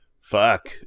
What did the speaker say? Fuck